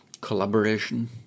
collaboration